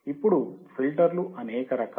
ఇప్పుడు ఫిల్టర్లు అనేక రకాలు